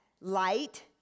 light